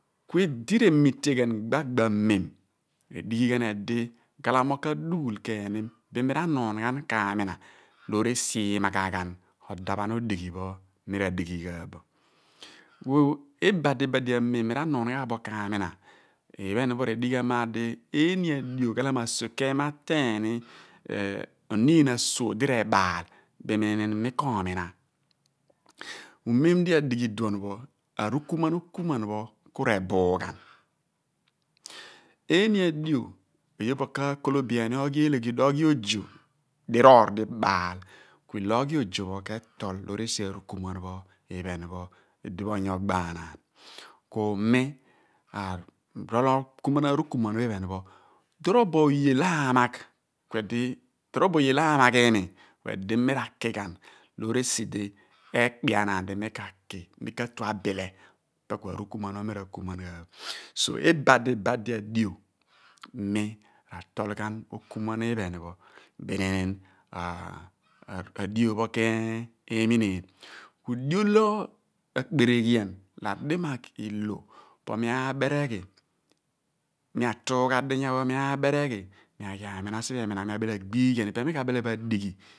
Ku idi r'emite gbagba mem redighi ghan iyaar di ghalamo ka dighul ken ni bin mi ra/nuun fhan k'amina r'esi imagb ghan daphan odighi pho mi r'adighi ghan bo ku ibadi badi amem mi ra/nuun ghan bo k'amina ipe pho r'edighi ghan maar di tini adio ghalamo asokiany pho ma ateeny onin asuogh di r'ebaal bninin mi kp/mina ku mem di adghi idum pho arukumuan okumuan pho k'aakolobian ni oghi eleghedum oghi ozo dirorr di ebaal ku ilo oghi ozo pho onyo ogbaanaan ku mi arol okumuan arukumuan pho ihen torobo ghan loaamagh imi kuedi mi r'aki ghan loor esi di ekpeanaan di mi ka ki mi ka/tue abile ipe pho ku arukumuan pho mi ra kumuan ghan bo so ibadi badi adio mi ratol ghan okumuan iphen pho bin adio pho ke mineen ku dio lo akpereghian di adimagh i/lo po mi k'abereghi atuughaa dinya pho aabereghi bin mi aki amina sphe emina pho mi abile agbighian ipe mi ka bile bo adighi